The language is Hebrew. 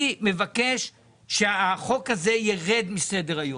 אני מבקש שהצעת החוק הזאת תרד מסדר היום.